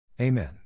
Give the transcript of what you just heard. Amen